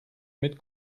mit